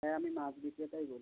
হ্যাঁ আমি মাছ বিক্রেতাই বলছি